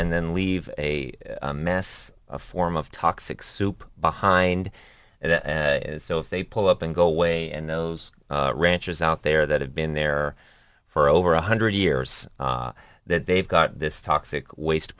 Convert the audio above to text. and then leave a mass form of toxic soup behind and so if they pull up and go away and those ranchers out there that have been there for over one hundred years that they've got this toxic waste